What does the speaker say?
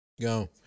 Go